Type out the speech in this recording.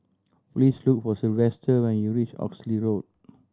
please look for Sylvester when you reach Oxley Road